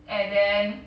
and then